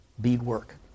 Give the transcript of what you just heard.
beadwork